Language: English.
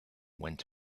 went